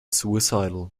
suicidal